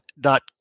dot